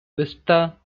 vista